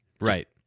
right